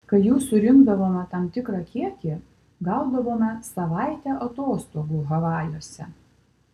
kai jų surinkdavome tam tikrą kiekį gaudavome savaitę atostogų havajuose